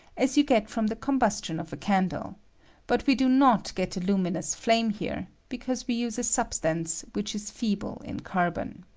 as you get from the combustion of a candle but we do not get a luminous flame here, because we use a substance which is feeble in carbon.